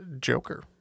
Joker